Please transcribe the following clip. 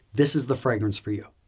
this is the fragrance for you.